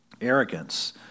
Arrogance